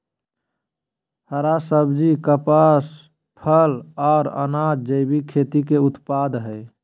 हरा सब्जी, कपास, फल, आर अनाज़ जैविक खेती के उत्पाद हय